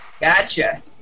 Gotcha